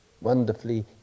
Wonderfully